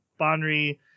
Bonri